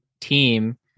team